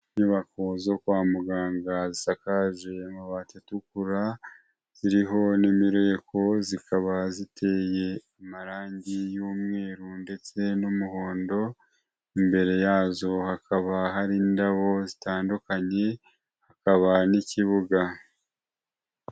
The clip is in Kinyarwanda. Inyubako zo kwa muganga zisakaje amabati atukura, ziriho n'imireko, zikaba ziteye amarangi y'umweru ndetse n'umuhondo, imbere yazo hakaba hari indabo zitandukanye, hakaba n'ikibuga.